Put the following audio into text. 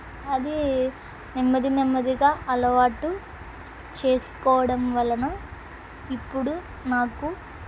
అది నెమ్మది నెమ్మదిగా అలవాటు చేసుకోవడం వలన ఇప్పుడు నాకు